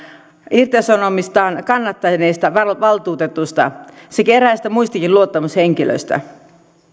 irtisanomistaan kannattaneesta valtuutetusta sekä eräistä muistakin luottamushenkilöistä